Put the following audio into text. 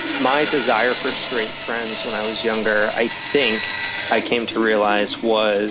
my desire for straight friends when i was younger, i think i came to realize was